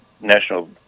national